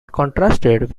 contrasted